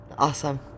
Awesome